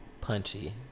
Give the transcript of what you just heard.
punchy